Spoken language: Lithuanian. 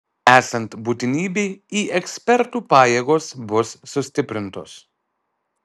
esant būtinybei į ekspertų pajėgos bus sustiprintos